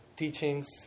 teachings